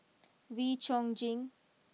Wee Chong Jin